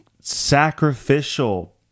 sacrificial